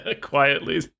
quietly